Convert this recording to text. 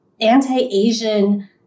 anti-Asian